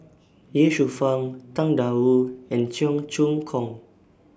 Ye Shufang Tang DA Wu and Cheong Choong Kong